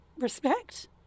respect